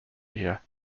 here